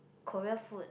Korea food